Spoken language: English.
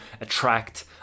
attract